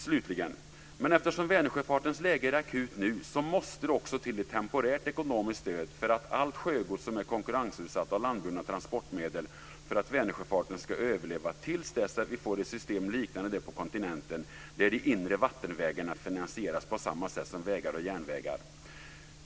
Slutligen: Eftersom Vänersjöfartens läge är akut nu måste det också till ett temporärt ekonomiskt stöd för allt sjögods som är utsatt för konkurrens av landburna transportmedel, så att Vänersjöfarten ska kunna överleva till dess att vi får ett system liknande det på kontinenten, där de inre vattenvägarna finansieras på samma sätt som vägar och järnvägar.